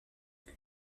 elle